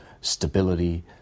stability